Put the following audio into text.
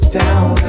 down